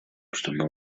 чтобы